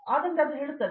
ಆದ್ದರಿಂದ ಅದು ಹೇಳುತ್ತದೆ